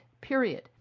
Period